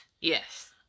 yes